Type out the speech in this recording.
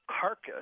carcass